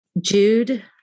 Jude